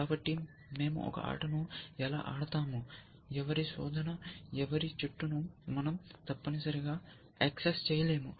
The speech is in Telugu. కాబట్టి మేము ఒక ఆటను ఎలా ఆడతాము ఎవరి శోధన ఎవరి చెట్టును మనం తప్పనిసరిగా యాక్సెస్ చేయలేము